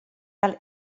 fel